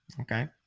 Okay